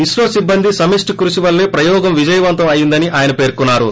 ఇస్రో సిబ్బంది సమిప్టి కృషి వల్లే ప్రయోగం విజయవంతం అయిందని ఆయన పేర్కొన్నారు